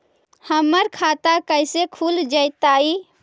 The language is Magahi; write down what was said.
हमर खाता कैसे खुल जोताई?